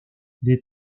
les